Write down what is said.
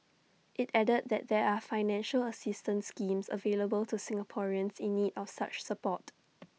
IT added that there are financial assistance schemes available to Singaporeans in need of such support